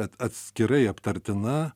at atskirai aptartina